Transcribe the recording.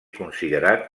considerat